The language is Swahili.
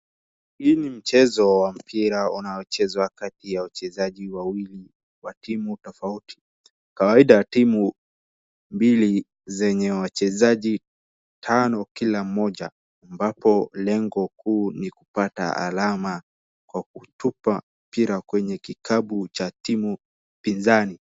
Hii ni mchezo wa mpira unaochezwa kati ya wachezaji wawili wa timu tofauti. Kawaida timu mbili zenye wachezaji tano kila mmoja ambapo lengo kuu ni kupata alama kwa kutupa mpira kwenye kikapu cha timu pinzani.